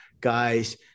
guys